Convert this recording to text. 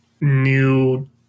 new